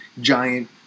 giant